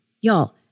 Y'all